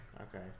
Okay